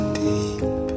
deep